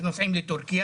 שנוסעים לטורקיה